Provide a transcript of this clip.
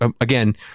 Again